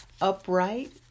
upright